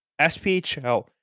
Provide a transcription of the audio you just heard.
SPHL